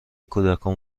کودکان